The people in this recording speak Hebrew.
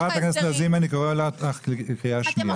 חברת הכנסת לזימי, אני קורא אותך לקריאה שנייה.